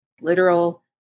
literal